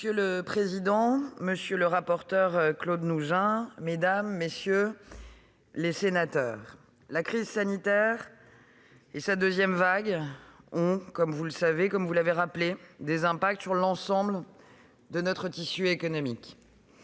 Monsieur le président, monsieur le rapporteur Claude Nougein, mesdames, messieurs les sénateurs, la crise sanitaire et sa deuxième vague ont, comme vous l'avez rappelé, des impacts sur l'ensemble de notre tissu économique.